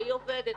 שהיא עובדת.